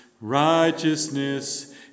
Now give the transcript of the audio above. Righteousness